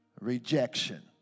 Rejection